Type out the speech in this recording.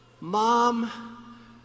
Mom